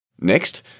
Next